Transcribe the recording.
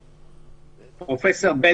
בבקשה.